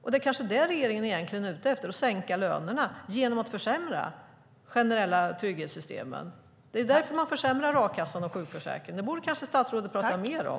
Det är kanske det som regeringen egentligen är ute efter, att sänka lönerna genom att försämra de generella trygghetssystemen. Det är kanske därför man försämrar a-kassan och sjukförsäkringen. Det borde kanske statsrådet prata mer om.